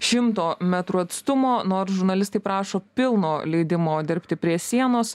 šimto metrų atstumo nors žurnalistai prašo pilno leidimo dirbti prie sienos